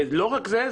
ולא רק זה,